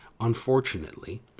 unfortunately